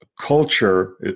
culture